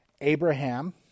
Abraham